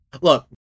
Look